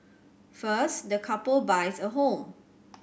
first the couple buys a home